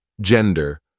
gender